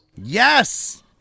Yes